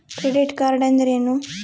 Credit card ಅಂದ್ರೇನು?